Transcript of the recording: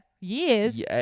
years